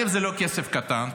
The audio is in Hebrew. זה לא כסף קטן,